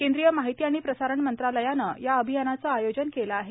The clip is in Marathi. केंद्रीय माहिती आणि प्रसारण मंत्रालयानं या अभियानाचं आयोजन केलं आहे